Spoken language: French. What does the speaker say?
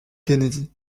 kennedy